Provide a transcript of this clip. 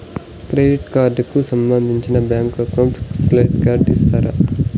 Credit card కు సంబంధించిన bank account statement ఇస్తారా?